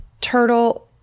turtle